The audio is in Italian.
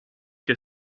che